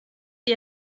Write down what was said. sie